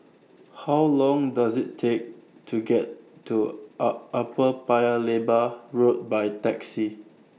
How Long Does IT Take to get to up Upper Paya Lebar Road By Taxi